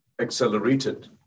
accelerated